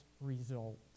result